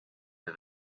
või